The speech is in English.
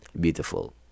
Beautiful